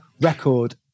record